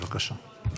בבקשה.